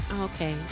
Okay